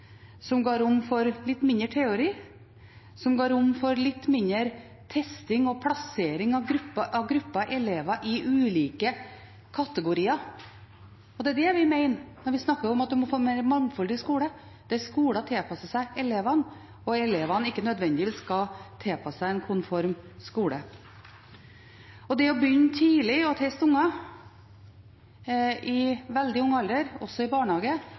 som ga rom for litt mindre teori, og som ga rom for litt mindre testing og plassering av grupper elever i ulike kategorier. Det er det vi mener når vi snakker om at en må få en mer mangfoldig skole, der skolen tilpasser seg elevene og elevene ikke nødvendigvis skal tilpasse seg en konform skole. Det å begynne å teste unger tidlig, i veldig ung alder, også i barnehage,